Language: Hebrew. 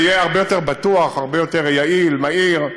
זה יהיה הרבה יותר בטוח, הרבה יותר יעיל, מהיר,